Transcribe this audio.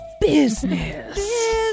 Business